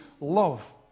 love